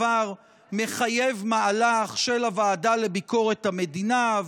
הדבר מחייב מהלך של הוועדה לביקורת המדינה,